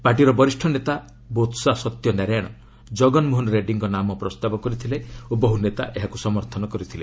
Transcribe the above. ପାର୍ଟିର ବରିଷ୍ଠ ନେତା ବୋତସା ସତ୍ୟନାରାୟଣ ଜଗନମୋହନ ରେଡ୍ରୀଙ୍କ ନାମ ପ୍ରସ୍ତାବ କରିଥିଲେ ଓ ବହୁ ନେତା ଏହାକୁ ସମର୍ଥନ କରିଥିଲେ